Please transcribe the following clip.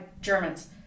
Germans